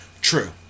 True